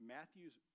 Matthew's